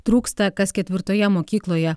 trūksta kas ketvirtoje mokykloje